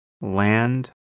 land